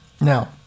Now